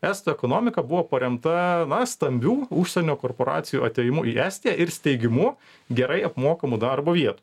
estų ekonomika buvo paremta stambių užsienio korporacijų atėjimu į estiją ir steigimu gerai apmokamų darbo viet